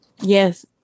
Yes